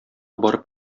барып